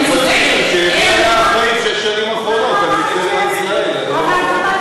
אני צודקת, ועוד איך אני צודקת.